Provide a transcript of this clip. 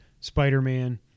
Spider-Man